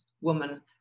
woman